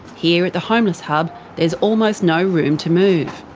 here at the homeless hub there's almost no room to move.